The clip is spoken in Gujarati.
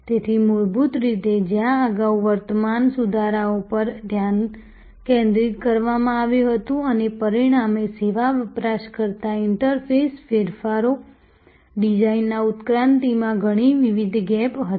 તેથી મૂળભૂત રીતે જ્યાં અગાઉ વર્તમાન સુધારાઓ પર ધ્યાન કેન્દ્રિત કરવામાં આવ્યું હતું અને પરિણામે સેવા વપરાશકર્તા ઈન્ટરફેસ ફેરફારો ડિઝાઇનના ઉત્ક્રાંતિમાં ઘણી વિવિધ ગેપ હતી